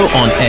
on